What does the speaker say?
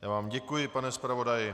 Já vám děkuji, pane zpravodaji.